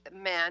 men